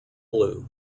blue